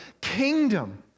kingdom